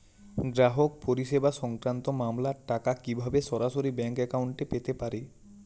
গ্রাহক পরিষেবা সংক্রান্ত মামলার টাকা কীভাবে সরাসরি ব্যাংক অ্যাকাউন্টে পেতে পারি?